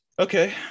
Okay